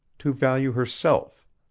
to value herself.